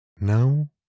Now